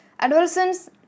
Adolescents